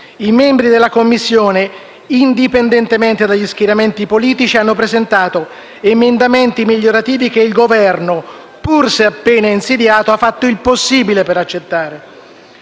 I membri della Commissione, indipendentemente dagli schieramenti politici, hanno presentato emendamenti migliorativi che il Governo, pur se appena insediato, ha fatto il possibile per accettare.